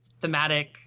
thematic